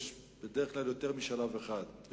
יש בדרך כלל יותר משלב אחד.